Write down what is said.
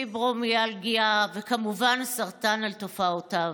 פיברומיאלגיה, וכמובן סרטן על תופעותיו,